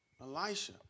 Elisha